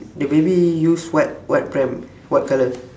the baby use what what pram what colour